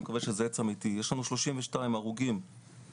אני מקווה שזה עץ אמיתי יש לנו 32 הרוגים שמסווגים